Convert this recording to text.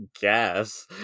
guess